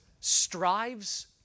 strives